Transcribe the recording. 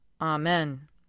Amen